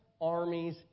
armies